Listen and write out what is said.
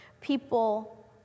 People